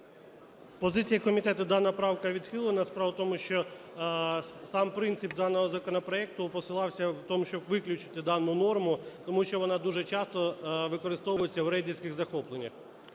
Позиція комітету: дана правка відхилена. Справа в тому, що сам принцип даного законопроекту посилався в тому, щоб виключити дану норму, тому що вона дуже часто використовується у рейдерських захопленнях.